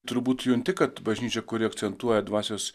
turbūt junti kad bažnyčia kuri akcentuoja dvasios